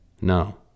No